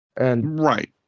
Right